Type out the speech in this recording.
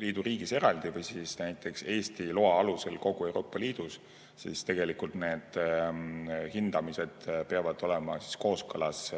Liidu riigis eraldi või näiteks Eesti loa alusel kogu Euroopa Liidus, siis tegelikult need hindamised peavad olema kooskõlas